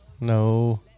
No